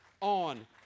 on